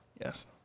Yes